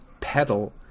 Pedal